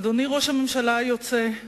אדוני ראש הממשלה היוצא,